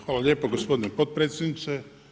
Hvala lijepo gospodine potpredsjedniče.